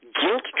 guilt